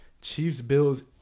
Chiefs-Bills